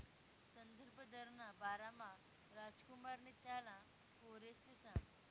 संदर्भ दरना बारामा रामकुमारनी त्याना पोरसले सांगं